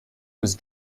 was